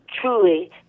truly